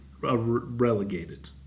relegated